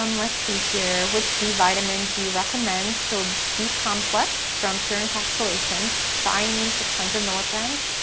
um let's see here. which b vitamins do you recommend? so, b complex from pure encapsulations, thiamine six hundred milligrams,